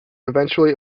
eventually